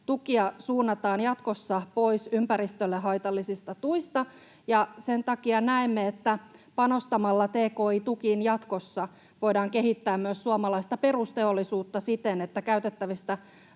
tukia suunnataan jatkossa pois ympäristölle haitallisista tuista. Sen takia näemme, että panostamalla tki-tukiin jatkossa voidaan kehittää myös suomalaista perusteollisuutta siten, että täällä käytettävistä